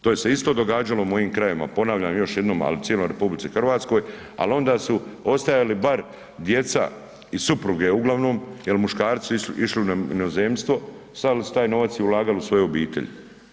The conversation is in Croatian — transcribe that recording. To se isto događalo u mojim krajevima, ponavljam još jednom ali u cijeloj RH ali onda su ostajali bar djeca i supruge uglavnom jer muškarci su išli u inozemstvo, slali su taj novac i ulagali u svoje obitelji.